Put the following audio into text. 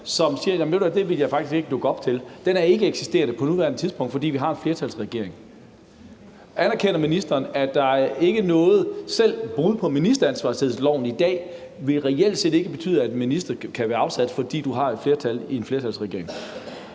som siger, at det vil vedkommende faktisk ikke dukke op til, er ikkeeksisterende på nuværende tidspunkt, fordi vi har en flertalsregering. Anerkender ministeren, at der ikke er noget i dag, selv ikke et brud på ministeransvarlighedsloven, der reelt set vil betyde, at en minister kan blive afsat, fordi du har en flertalsregering?